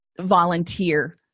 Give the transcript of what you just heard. volunteer